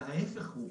ההיפך הוא,